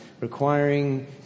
requiring